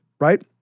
Right